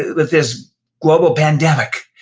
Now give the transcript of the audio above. with this global pandemic.